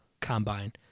combine